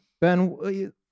Ben